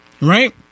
right